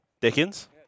Dickens